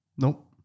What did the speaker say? Nope